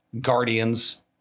Guardians